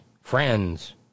friends